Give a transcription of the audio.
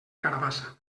carabassa